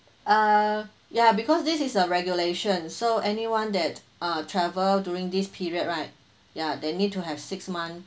uh ya because this is a regulation so anyone that uh travel during this period right ya they need to have six month